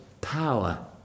power